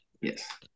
yes